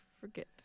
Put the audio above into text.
forget